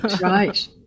Right